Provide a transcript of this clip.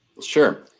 sure